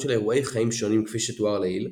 של אירועי חיים שונים כפי שתואר לעיל,